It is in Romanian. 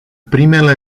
primele